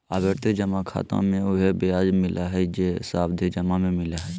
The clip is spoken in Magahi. आवर्ती जमा खाता मे उहे ब्याज मिलय हइ जे सावधि जमा में मिलय हइ